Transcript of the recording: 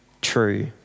true